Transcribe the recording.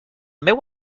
meu